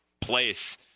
place